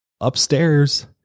Upstairs